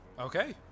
Okay